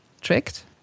tricked